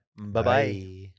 Bye-bye